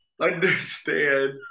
understand